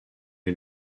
les